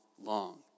long